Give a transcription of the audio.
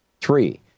Three